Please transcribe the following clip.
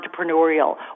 entrepreneurial